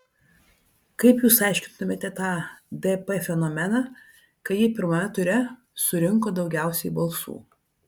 kaip jūs aiškintumėte tą dp fenomeną kai ji pirmajame ture surinko daugiausiai balsų